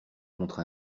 contre